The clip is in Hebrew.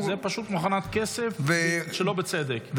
זו פשוט מכונת כסף שלא בצדק.